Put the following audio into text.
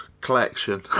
collection